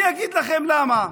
אני אגיד לכם למה: